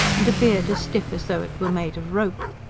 and a beard as stiff as though it were made of rope.